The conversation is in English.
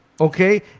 okay